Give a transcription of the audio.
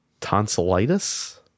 tonsillitis